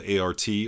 art